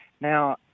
Now